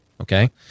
okay